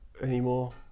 anymore